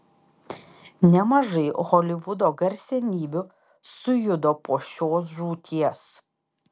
nemažai holivudo garsenybių sujudo po šios žūties